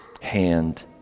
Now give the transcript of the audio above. hand